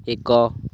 ଏକ